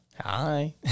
Hi